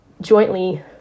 jointly